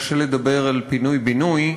קשה לדבר על פינוי-בינוי.